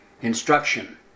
instruction